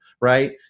right